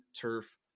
turf